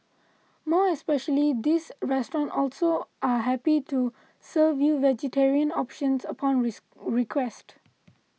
more especially this restaurant also are happy to serve you vegetarian options upon request